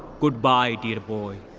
goodbye, dear boy.